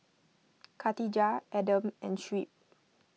Khatijah Adam and Shuib